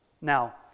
Now